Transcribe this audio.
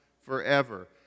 forever